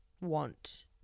want